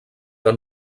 que